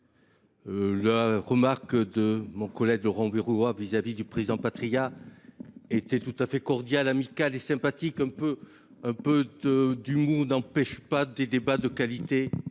La remarque de Laurent Burgoa vis à vis du président Patriat était tout à fait cordiale, amicale et sympathique. Un peu d’humour n’empêche pas des débats sérieux